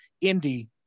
Indy